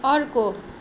अर्को